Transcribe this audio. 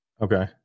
Okay